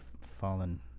fallen